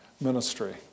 ministry